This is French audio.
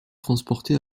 transporté